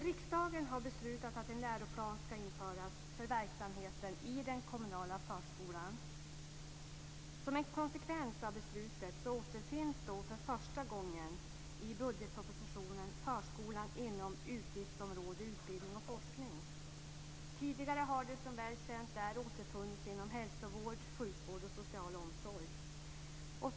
Riksdagen har beslutat att en läroplan skall införas för verksamheten i den kommunala förskolan. Som en konsekvens av beslutet återfinns för första gången i budgetpropositionen förskolan inom utgiftsområde Utbildning och forskning. Tidigare har den som bekant återfunnits inom Hälsovård, sjukvård och social omsorg.